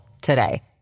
today